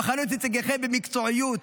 בחנו את נציגיכם במקצועיות.